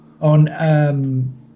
on